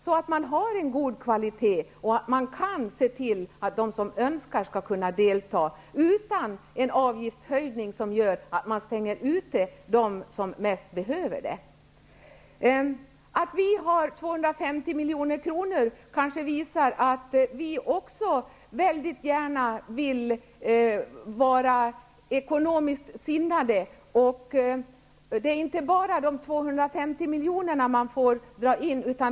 Då kan man få god kvalitet och se till att de som önskar och mest behöver delta skall kunna göra det och inte får en avgiftshöjning som stänger dem ute. Att också vi vill minska med 250 milj.kr. visar att också vi vill vara ekonomiskt sinnade. Men vi vill inte bara dra in 250 milj.kr.